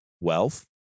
wealth